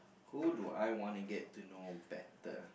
who do I want to get to know better